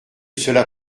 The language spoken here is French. cela